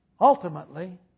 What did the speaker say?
Ultimately